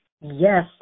Yes